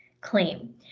claim